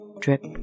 drip